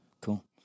Cool